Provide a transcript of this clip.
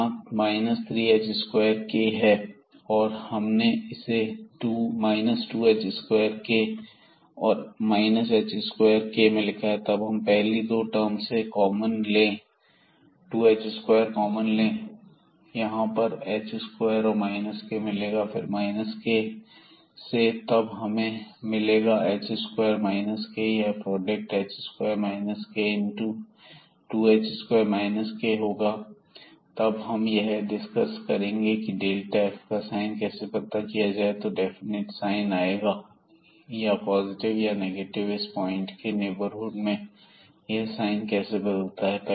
यहां 3 h2k है और हमने इसे 2h2k और h2k में लिखा है तब हम पहली दो टर्म से कॉमन 2h2 लेंगे तो यहां पर हमें h2 और k मिलेगा और फिर k यहां से तब हमें मिलेगा h2 k और यह product h2 k into 2h2 k होगा और अब हम यह डिस्कस करेंगे की डेल्टा f का साइन कैसे पता किया जाए या तो डेफिनेट साइन आएगा या पॉजिटिव या नेगेटिव इस पॉइंट के नेबरहुड में यह साइन कैसे बदलता है